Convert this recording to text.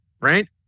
Right